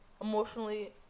emotionally